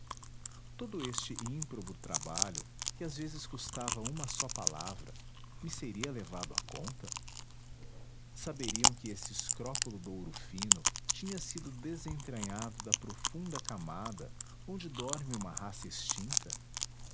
todo este ímprobo trabalho que às vezes custava uma só palavra me seria levado à conta saberiam que esse escrópulo douro fino tinha sido desentranhado da profunda camada onde dorme uma raça extinta